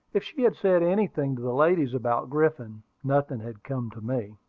if she had said anything to the ladies about griffin, nothing had come to me.